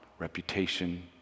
Reputation